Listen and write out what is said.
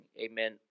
amen